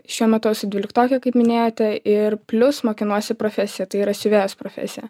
šiuo metu esu dvyliktokė kaip minėjote ir plius mokinuosi profesiją tai yra siuvėjos profesiją